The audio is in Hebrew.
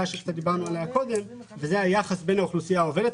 עליה דיברנו קודם וזה היחס בין האוכלוסייה העובדת